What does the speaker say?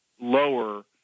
lower